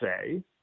say